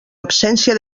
absència